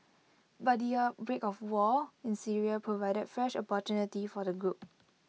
but the outbreak of war in Syria provided fresh opportunity for the group